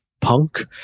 punk